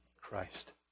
Christ